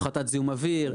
הפחתת זיהום אוויר.